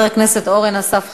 אורן אסף חזן.